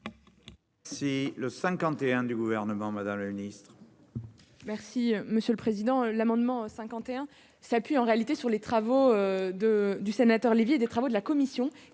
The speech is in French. C'est le 51 du gouvernement Madame la ministre.